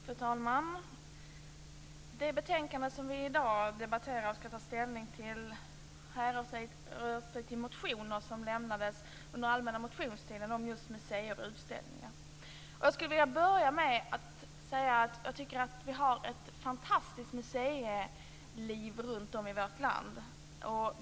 Fru talman! Det betänkande som vi i dag debatterar och ska ta ställning till härrör från motioner som lämnades under allmänna motionstiden om just museer och utställningar. Jag skulle vilja börja med att säga att jag tycker att vi har ett fantastiskt museiliv runtom i vårt land.